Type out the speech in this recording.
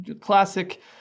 classic